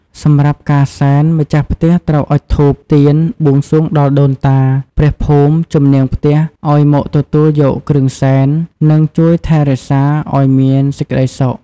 សម្រាប់ការសែន ម្ចាស់ផ្ទះត្រូវអុជធូប ទៀន បួងសួងដល់ដូនតា ព្រះភូមិ ជំនាងផ្ទះ ឲ្យមកទទួលយកគ្រឿងសែន និងជួយថែរក្សាឲ្យមានសេចក្តីសុខ។